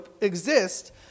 exist